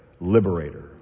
liberator